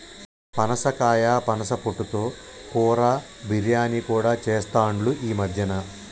పనసకాయ పనస పొట్టు తో కూర, బిర్యానీ కూడా చెస్తాండ్లు ఈ మద్యన